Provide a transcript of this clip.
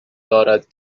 دارد